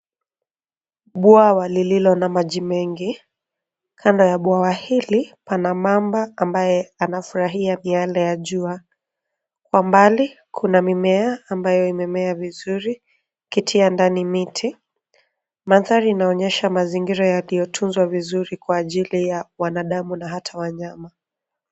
Bwawa lililo na maji mengi, kando ya bwawa hili pana mamba ambaye anafurahia miale ya jua. Kwa mbali kuna mimea ambayo imemea vizuri, ikitia ndani miti. Mandhari inaonyesha mazingira yaliyotunzwa vizuri kwa ajili ya wanadamu na hata wanyama.